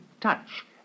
touch